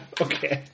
Okay